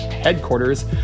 headquarters